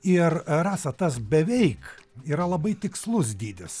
ir rasa tas beveik yra labai tikslus dydis